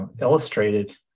illustrated